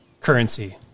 currency